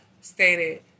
stated